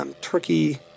Turkey